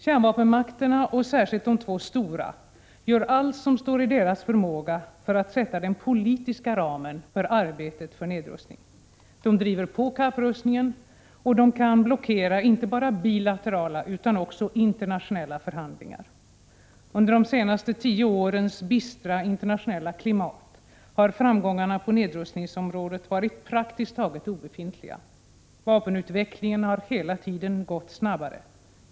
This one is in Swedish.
Kärnvapenmakterna, och särskilt de två stora, gör allt som står i deras förmåga för att sätta den politiska ramen för arbetet för nedrustning. De driver på kapprustningen, och de kan blockera inte bara bilaterala utan också internationella förhandlingar. Under de senaste tio årens bistra internationella klimat har framgångarna på nedrustningsområdet varit praktiskt taget obefintliga. Vapenutvecklingen har hela tiden gått snabbare.